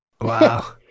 wow